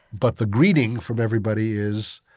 but the greeting from everybody is,